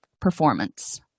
performance